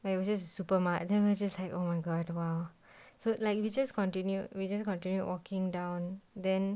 but it was just super mah then after that just like oh my god !wow! so like if you just continue we just continue walking down then